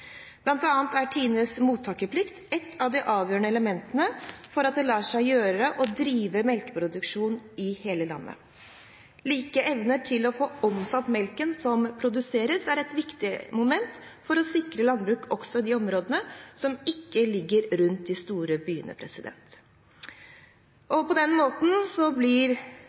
bl.a. er TINEs mottaksplikt et av de avgjørende elementene for at det lar seg gjøre å drive melkeproduksjon i hele landet. Like muligheter til å få omsatt melken som produseres, er et viktig moment for å sikre landbruk også i de områdene som ikke ligger rundt de store byene. På den måten blir